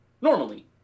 Normally